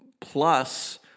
plus